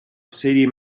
city